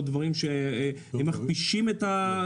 או כדברים שמכפישים עובדי ציבור.